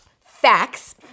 Facts